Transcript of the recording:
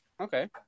okay